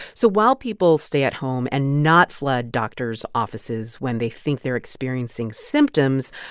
so while people stay at home and not flood doctors' offices when they think they're experiencing symptoms,